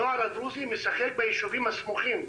הנוער הדרוזי משחק ביישובים הסמוכים,